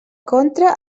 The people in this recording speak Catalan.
contra